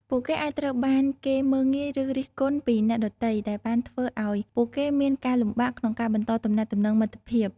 ពួកគេអាចត្រូវបានគេមើលងាយឬរិះគន់ពីអ្នកដទៃ ដែលបានធ្វើឱ្យពួកគេមានការលំបាកក្នុងការបន្តទំនាក់ទំនងមិត្តភាព។